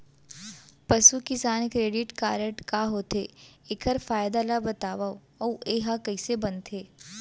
पसु किसान credit card का होथे, एखर फायदा ला बतावव अऊ एहा कइसे बनथे?